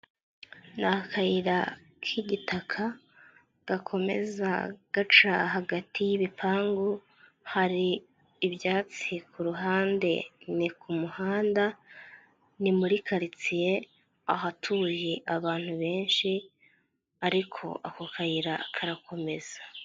Ni akayira k'igitaka gakomeza gaca hagati y'ibipangu, hari ibyatsi kuhande ni ku muhanda ni muri karitsiye ahatuye abantu benshi ariko ako kayira karakomeza.